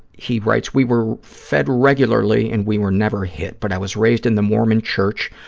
he writes, we were fed regularly and we were never hit, but i was raised in the mormon church,